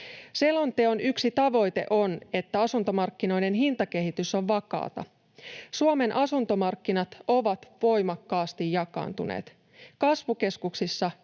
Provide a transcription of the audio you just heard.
Selonteon yksi tavoite on, että asuntomarkkinoiden hintakehitys on vakaata. Suomen asuntomarkkinat ovat voimakkaasti jakaantuneet. Kasvukeskuksissa